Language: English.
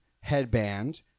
headband